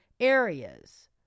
Areas